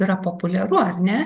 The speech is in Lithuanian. yra populiaru ar ne